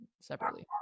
separately